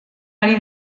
ari